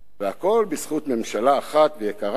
והכול בזכות ממשלה אחת יקרה,